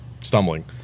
stumbling